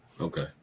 Okay